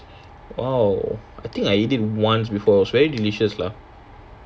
!wow! I think I eat it once before it was very delicious lah